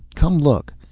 come look.